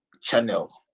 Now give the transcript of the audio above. channel